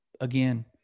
again